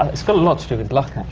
and it's got a lot to do with luck,